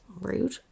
Rude